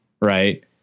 right